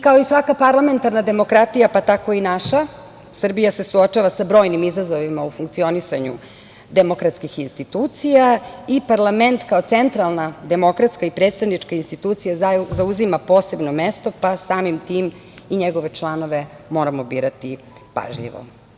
Kao i svaka parlamentarna demokratija, tako i naša, Srbija se suočava sa brojnim izazovima u funkcionisanju demokratskih institucija i parlament kao centralna demokratska i predstavnička institucija zauzima posebno mesto, pa samim tim i njegove članove moramo birati pažljivo.